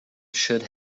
should